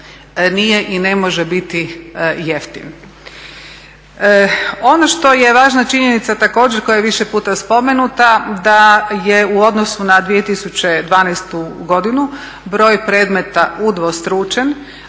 nije i ne može biti jeftin. Ono što je važna činjenica također koja je više puta spomenuta da je u odnosu na 2012. godinu broj predmeta udvostručen.